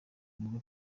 nibwo